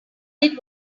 lid